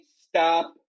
stop